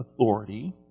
authority